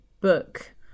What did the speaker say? book